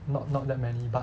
not not that many but